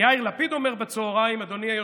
יאיר לפיד אומר בצוהריים, אדוני היושב-ראש,